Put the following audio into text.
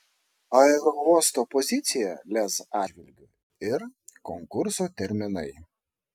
aerouosto pozicija lez atžvilgiu ir konkurso terminai